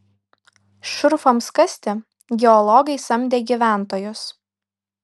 šurfams kasti geologai samdė gyventojus